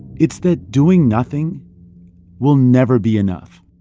it's that doing nothing will never be enough